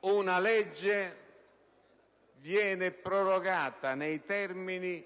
una legge viene prorogata nei termini